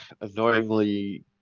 annoyingly